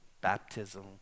baptism